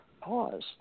pause